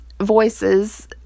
voices